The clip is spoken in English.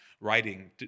writing